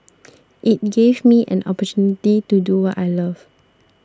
it gave me an opportunity to do what I love